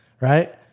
right